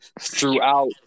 throughout